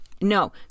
No